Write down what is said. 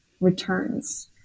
returns